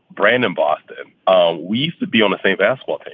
brandon bostian, um we used to be on the same askwhat.